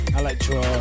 electro